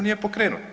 Nije pokrenut.